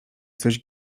coś